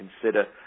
consider